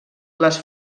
les